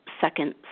second